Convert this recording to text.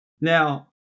Now